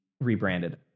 rebranded